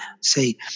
say